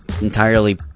entirely